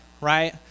right